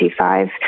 25